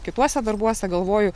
kituose darbuose galvoju